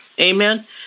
Amen